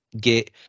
get